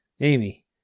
Amy